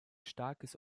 starkes